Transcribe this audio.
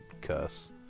Cuss